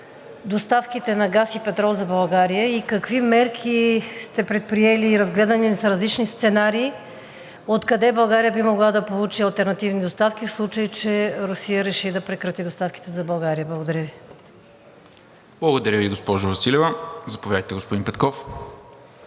доставките на газ и петрол за България и какви мерки сте предприели и разгледани ли са различни сценарии откъде България би могла да получи алтернативни доставки, в случай че Русия реши да прекрати доставките за България? Благодаря Ви. ПРЕДСЕДАТЕЛ НИКОЛА МИНЧЕВ: Благодаря Ви, госпожо Василева. Заповядайте, господин Петков.